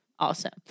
Awesome